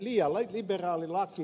liian liberaali laki